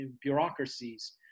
bureaucracies